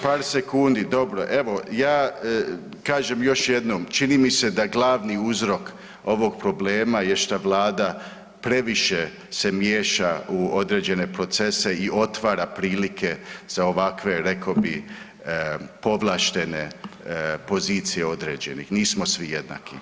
Par sekundi, dobro evo ja kažem još jednom čini mi se da glavni uzrok ovog problema je šta Vlada previše se miješa u određene procese i otvara prilike za ovakve rekao bi povlaštene pozicije određenih, nismo smo jednaki.